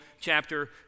chapter